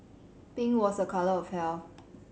pink was a colour of health